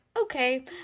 okay